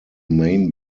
main